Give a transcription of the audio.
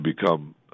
become